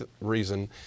reason